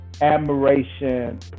admiration